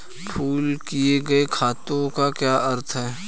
Pool किए गए खातों का क्या अर्थ है?